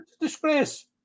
disgrace